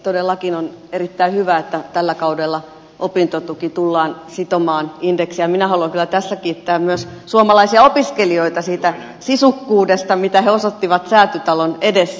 todellakin on erittäin hyvä että tällä kaudella opintotuki tullaan sitomaan indeksiin ja minä haluan kyllä tässä kiittää myös suomalaisia opiskelijoita siitä sisukkuudesta mitä he osoittivat säätytalon edessä